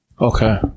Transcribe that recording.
Okay